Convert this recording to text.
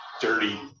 dirty